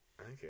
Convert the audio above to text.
Okay